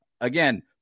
Again